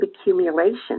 accumulation